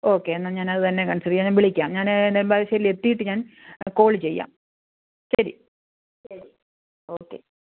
okay എന്നാൽ ഞാൻ തന്നെ കണ്സിർ ചെയ്യാം ഞാന് വിളിക്കാം ഞാൻ നെടുമ്പാശ്ശേരിലെത്തിയിട്ട് ഞാന് കോള് ചെയ്യാം ശരി ഓക്കെ